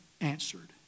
answered